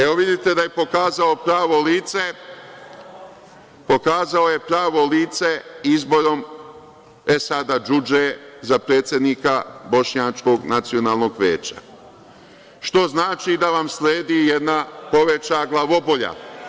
Evo vidite da je pokazao pravo lice izborom Esada DŽudže za predsednika bošnjačkog nacionalnog veća, što znači da vam sledi jedna poveća glavobolja.